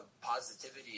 positivity